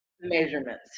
measurements